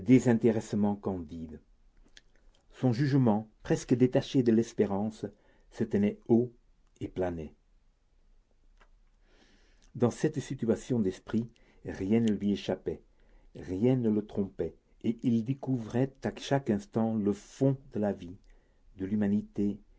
désintéressement candide son jugement presque détaché de l'espérance se tenait haut et planait dans cette situation d'esprit rien ne lui échappait rien ne le trompait et il découvrait à chaque instant le fond de la vie de l'humanité